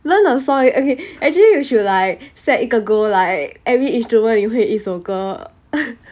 learn a song eh okay actually you should like set 一个 goal like every instrument you 会一首歌